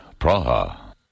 Praha